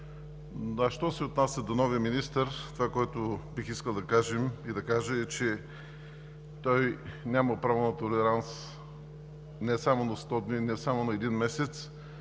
Що се отнася до новия министър – това, което бих искал да кажа, е, че той няма право на толеранс – не само на 100 дни, не само на един месец,